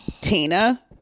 Tina